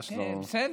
בסדר.